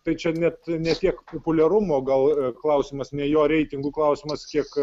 tai čia net ne tiek populiarumo gal klausimas ne jo reitingų klausimas kiek